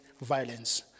violence